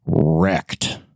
wrecked